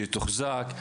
שיתוחזק,